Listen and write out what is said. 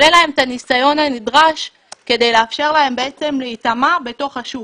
אבל אין להם את הניסיון הנדרש כדי לאפשר להם להיטמע בתוך השוק